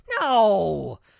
No